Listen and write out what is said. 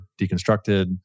deconstructed